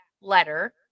letter